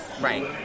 Right